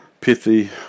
pithy